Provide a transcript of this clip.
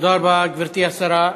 תודה רבה, גברתי השרה.